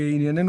עניינינו